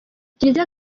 kiliziya